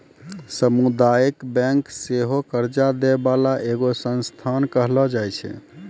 समुदायिक बैंक सेहो कर्जा दै बाला एगो संस्थान कहलो जाय छै